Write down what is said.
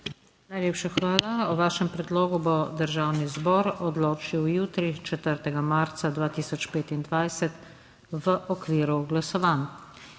Najlepša hvala. O vašem predlogu bo Državni zbor odločil jutri, 4. marca 2025, v okviru glasovanj.